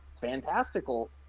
fantastical